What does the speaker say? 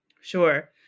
Sure